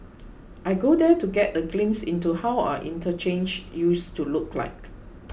I go there to get a glimpse into how our interchanges used to look like